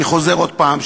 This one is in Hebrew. אני חוזר עוד פעם,